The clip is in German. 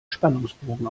spannungsbogen